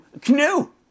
Canoe